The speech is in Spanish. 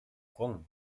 kong